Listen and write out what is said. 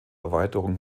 erweiterung